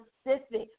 specific